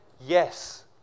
Yes